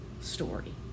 story